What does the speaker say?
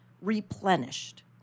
replenished